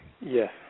Yes